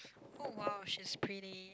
oh !wow! she's pretty